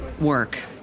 work